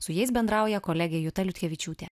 su jais bendrauja kolegė juta liutkevičiūtė